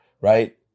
right